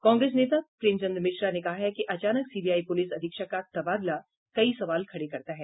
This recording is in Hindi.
कांग्रेस नेता प्रेमचंद्र मिश्रा ने कहा है कि अचानक सीबीआई प्रलिस अधीक्षक का तबादला कई सवाल खड़े करता है